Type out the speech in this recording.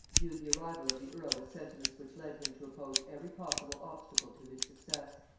viewed the arrival of the earl with sentiments which led him to oppose every possible obstacle to his success.